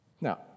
Now